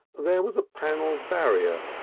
there was a panelled barrier,